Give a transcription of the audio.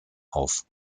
auf